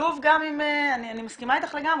בשילוב גם עם אני מסכימה איתך לגמרי,